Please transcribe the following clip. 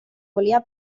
volia